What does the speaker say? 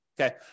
okay